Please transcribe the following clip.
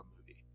movie